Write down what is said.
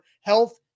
health